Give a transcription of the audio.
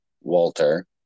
Walter